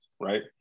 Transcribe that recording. Right